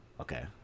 Okay